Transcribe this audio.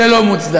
זה לא מוצדק.